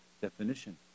definition